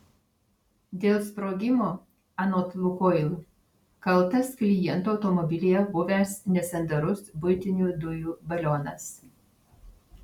dėl sprogimo anot lukoil kaltas kliento automobilyje buvęs nesandarus buitinių dujų balionas